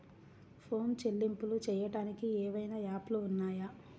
Phone చెల్లింపులు చెయ్యటానికి ఏవైనా యాప్లు ఉన్నాయా?